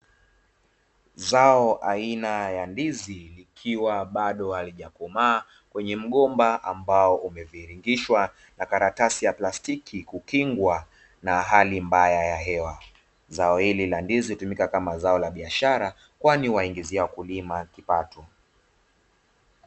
Zao aina ya ndizi likiwa bado halijakomaa kwenye mgomba ambao umeviringishwa na karatasi ya plastiki kukingwa na hali mbaya ya hewa, zao hili la ndizi hutumika kama zao la biashara kwani huwaingizia wakulima kipato.